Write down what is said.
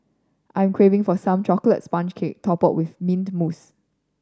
I'm craving for some chocolate sponge cake topped with mint mousse